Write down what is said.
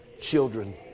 children